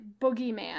boogeyman